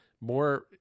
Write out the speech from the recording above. more